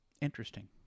interesting